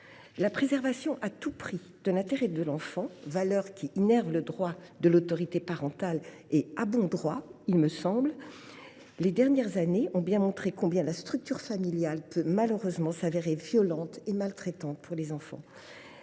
la préservation à tout prix de l’intérêt de l’enfant, valeur qui innerve le droit de l’autorité parentale – à bon droit, me semble t il. Les dernières années ont bien montré combien la structure familiale peut malheureusement se révéler violente et maltraiter les enfants.